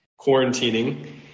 quarantining